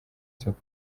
soko